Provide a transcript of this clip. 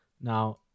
now